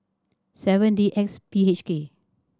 seven D X P H K